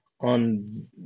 on